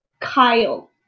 Kyle